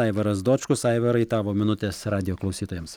aivaras dočkus aivarai tavo minutės radijo klausytojams